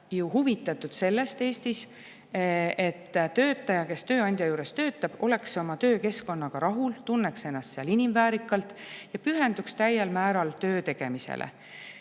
ju huvitatud sellest, et töötaja, kes tööandja juures töötab, oleks oma töökeskkonnaga rahul, tunneks ennast seal inimväärikalt ja pühenduks täiel määral töö tegemisele.